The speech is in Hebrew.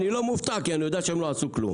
אני לא מופתע, כי אני יודע שהם לא עשו כלום.